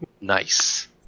Nice